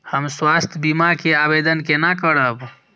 हम स्वास्थ्य बीमा के आवेदन केना करब?